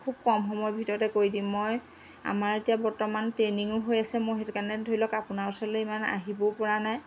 খুব কম সময়ৰ ভিতৰতে কৰি দিম মই আমাৰ এতিয়া বৰ্তমান ট্ৰেইনিঙো হৈ আছে মই সেইটো কাৰণে ধৰি লওক আপোনাৰ ওচৰলৈ ইমান আহিবও পৰা নাই